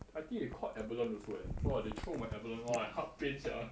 I think they caught abalone also eh !wah! they throw my abalone !wah! my heart pain sia